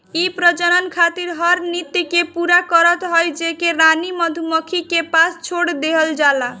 इ प्रजनन खातिर हर नृत्य के पूरा करत हई जेके रानी मधुमक्खी के पास छोड़ देहल जाला